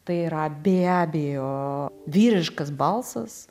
tai yra be abejo vyriškas balsas